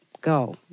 go